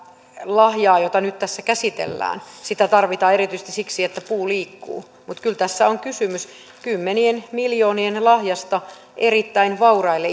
lahjaa jota nyt tässä käsitellään tarvitaan erityisesti siksi että puu liikkuu mutta kyllä tässä on kysymys kymmenien miljoonien lahjasta erittäin vauraille